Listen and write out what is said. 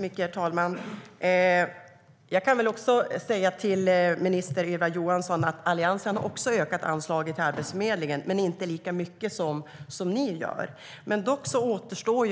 Herr talman! Jag kan säga till arbetsmarknadsminister Ylva Johansson att Alliansen också har ökat anslaget till Arbetsförmedlingen, men inte lika mycket som ni gör. Dock återstår